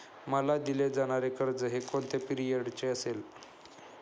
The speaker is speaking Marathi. मला दिले जाणारे कर्ज हे कोणत्या पिरियडचे असेल?